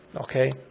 Okay